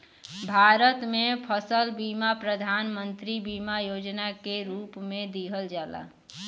भारत में फसल बीमा प्रधान मंत्री बीमा योजना के रूप में दिहल जाला